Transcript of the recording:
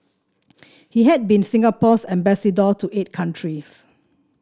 he had been Singapore's ambassador to eight countries